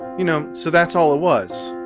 you know. so that's all it was.